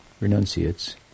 renunciates